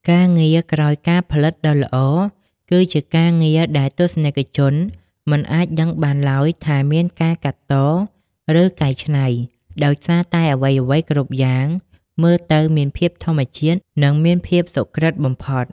ការងារក្រោយការផលិតដ៏ល្អ គឺជាការងារដែលទស្សនិកជនមិនអាចដឹងបានឡើយថាមានការកាត់ត ឬកែច្នៃ ដោយសារតែអ្វីៗគ្រប់យ៉ាងមើលទៅមានភាពធម្មជាតិ និងមានភាពសុក្រឹតបំផុត។